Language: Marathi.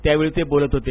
त्यावेळी ते बोलत होते